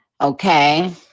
okay